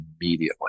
immediately